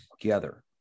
together